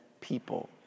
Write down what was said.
people